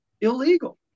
illegal